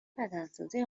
بدنسازی